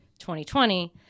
2020